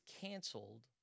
canceled